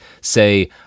say